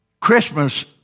Christmas